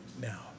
now